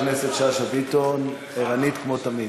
חברת הכנסת שאשא ביטון ערנית כמו תמיד.